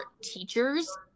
teachers